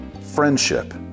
friendship